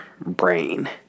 brain